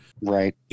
right